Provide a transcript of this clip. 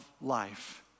life